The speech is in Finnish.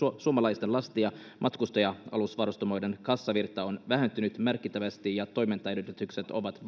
suomalaisten lasti ja matkustaja alusvarustamoiden kassavirta on vähentynyt merkittävästi ja toimintaedellytykset ovat